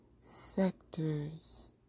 sectors